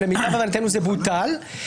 ולמיטב הבנתנו זה בוטל.